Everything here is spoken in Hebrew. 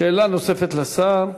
שאלה נוספת לשר.